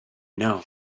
know